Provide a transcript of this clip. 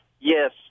Yes